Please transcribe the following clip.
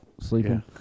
sleeping